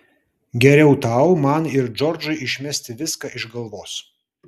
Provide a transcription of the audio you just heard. geriau tau man ir džordžui išmesti viską iš galvos